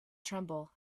tremble